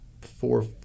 four